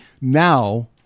now